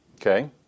Okay